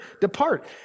depart